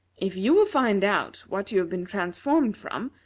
if you will find out what you have been transformed from,